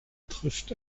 trifft